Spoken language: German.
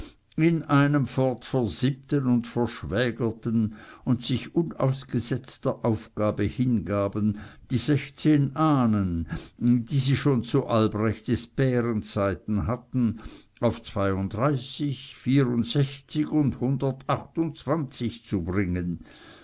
in einem fort versippten und verschwägerten und sich unausgesetzt der aufgabe hingaben die sechzehn ahnen die sie schon zu albrecht des bären zeiten hatten auf zweiunddreißig vierundsechzig und hundertachtundzwanzig zu bringen